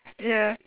ya